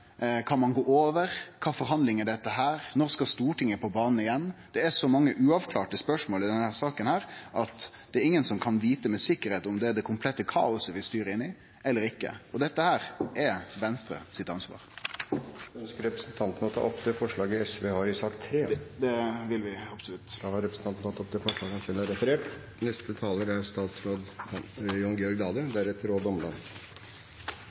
Kan ein gå over det? Kva slags forhandlingar er dette? Når skal Stortinget på banen igjen? Det er så mange uavklarte spørsmål i denne saka at det er ingen som sikkert kan vite om det er det komplette kaos vi styrer mot, eller ikkje. Det er Venstres ansvar. Ønsker representanten Knag Fylkesnes å ta opp det forslaget som SV har i sak nr. 3? Det vil eg absolutt. Representanten Torgeir Knag Fylkesnes har tatt opp det forslaget